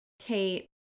kate